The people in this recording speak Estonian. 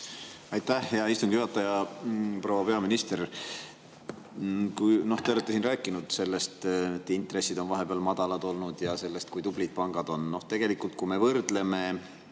Aitäh, hea istungi juhataja! Proua peaminister! Te olete siin rääkinud sellest, et intressid on vahepeal madalad olnud, ja sellest, kui tublid pangad on. Noh, tegelikult, kui me võrdleme